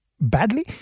badly